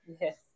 Yes